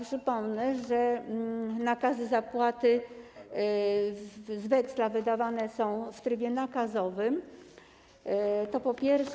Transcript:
Przypomnę, że nakazy zapłaty z weksla wydawane są w trybie nakazowym - to po pierwsze.